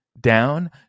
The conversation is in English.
down